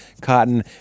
cotton